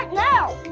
now!